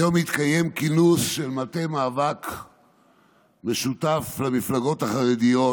היום התקיים כינוס של מטה מאבק משותף למפלגות החרדיות